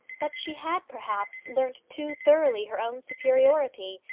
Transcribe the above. but she had, perhaps, learnt too thoroughly her own superiority,